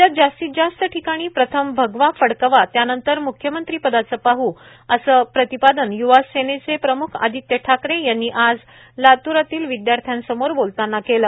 राज्यात जास्तीत जास्त ठिकाणी प्रथम भगवा फडकवा त्यानंतर मुख्यमंत्रीपदाचे पाह अस प्रतिपादन युवासेनेचे प्रमुख आदित्य ठाकरे यांनी आज लात्रातील विदयार्थ्याना केलं